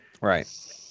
Right